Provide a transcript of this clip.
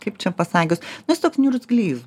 kaip čia pasakius nu jis toks niurzglys